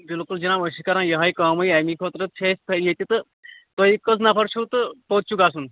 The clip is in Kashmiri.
بِلکُل جِناب أسۍ چھِ کَران یِہَے کٲمٕے اَمہِ خٲطرٕ چھِ أسۍ ییٚتہِ تہٕ تُہۍ کٔژ نَفر چھِو تہٕ کوٚت چھُ گَژھُن